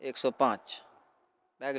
एक सए पाँच भए गेलै